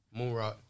Moonrock